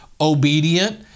obedient